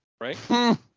Right